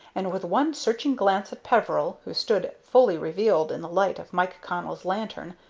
and, with one searching glance at peveril, who stood fully revealed in the light of mike connell's lantern,